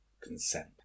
consent